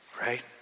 right